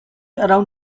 around